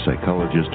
psychologist